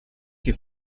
che